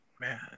Man